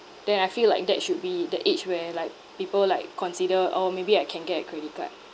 then I feel like that should be the age where like people like consider orh maybe I can get a credit card